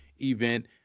event